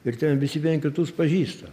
ir ten visi vieni kitus pažįsta